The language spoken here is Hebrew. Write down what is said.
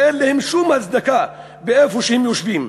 שאין להם שום הצדקה לשבת במקום שהם יושבים.